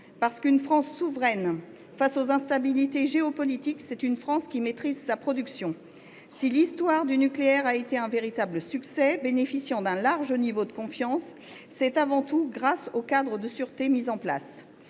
Une France souveraine face aux instabilités géopolitiques est une France qui maîtrise sa production. Si l’histoire du nucléaire a été un véritable succès, bénéficiant d’un large niveau de confiance, c’est avant tout grâce au cadre de sûreté mis en place,